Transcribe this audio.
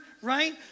right